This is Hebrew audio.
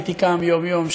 הייתי קם יום-יום,